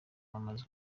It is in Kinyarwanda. bamaze